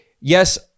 yes